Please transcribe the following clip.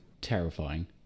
Terrifying